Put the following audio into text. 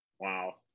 Wow